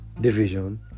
division